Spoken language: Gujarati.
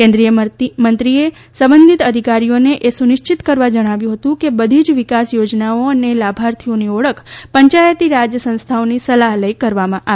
કેન્દ્રિય મંત્રીએ સંબંધિત અધિકારીઓને એ સુનિશ્ચિત કરવા જણાવ્યું હતું કે બધી જ વિકાસ યોજનાઓ અને લાભાર્થીઓની ઓળખ પંચાપતી રાજ સંસ્થાઓની સલાહ લઇ કરવામાં આવે